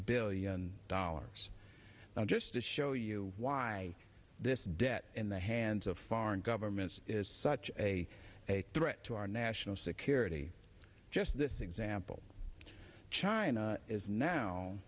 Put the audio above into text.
billion dollars now just to show you why this debt in the hands of foreign governments is such a a threat to our national security just this example china is now